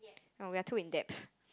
oh we are too in depth